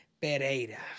Pereira